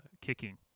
kicking